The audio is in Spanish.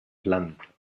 planta